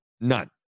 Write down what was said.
none